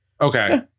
Okay